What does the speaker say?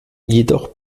jedoch